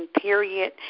period